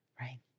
right